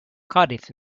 cardiff